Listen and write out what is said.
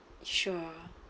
sure